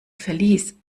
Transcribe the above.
verlies